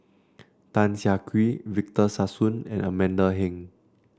Tan Siah Kwee Victor Sassoon and Amanda Heng